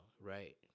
right